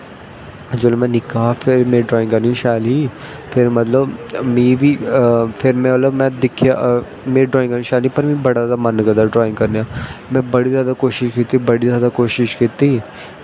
फिर में निक्का हा मेरी ड्राईंग इन्नी शैल ही फिर मतलव में बी दिक्केआ मेरी ड्राईंग शैल नी पर मेरे मन बड़ा जादा करदा ड्राईंग करनें दा में बड़ा जादा कोशिश कीती बड़ी जादा कोशिश कीती